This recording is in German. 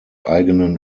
eigenen